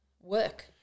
work